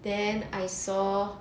then I saw